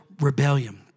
rebellion